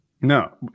No